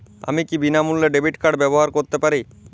আমি কি বিনামূল্যে ডেবিট কার্ড ব্যাবহার করতে পারি?